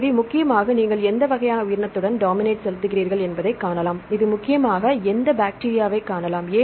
எனவே முக்கியமாக நீங்கள் எந்த வகையான உயிரினத்துடன் டாமிநேட் செலுத்துகிறீர்கள் என்பதைக் காணலாம் இது முக்கியமாக எந்த பாக்டீரியா என்பதை காணலாம்